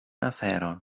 aferon